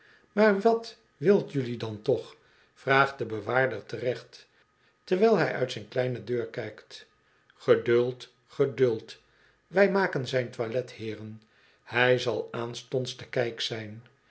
maar wat wil jelui dan toch vraagt de bewaarder terecht terwijl hij uit zijn kleine deur kijkt geduld geduld wij maken zijn toilet heeren hu zal aanstonds te kijk zijn